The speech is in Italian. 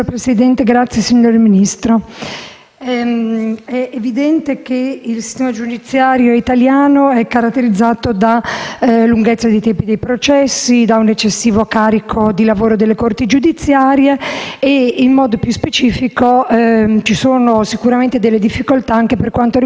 è evidente che il sistema giudiziario italiano è caratterizzato dalla lunghezza dei tempi dei processi e da un eccessivo carico di lavoro delle corti giudiziarie e, in modo più specifico, da difficoltà legate alla materia dei minori e della famiglia,